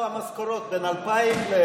בכמה עלו המשכורות בין 2000 ל-2020?